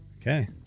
Okay